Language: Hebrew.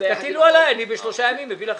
תטילו עליי, אני בשלושה ימים מביא לכם.